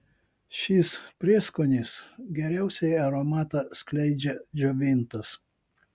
šis prieskonis geriausiai aromatą skleidžia džiovintas